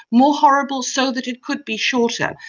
more horrible so that it could be shorter.